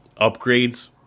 upgrades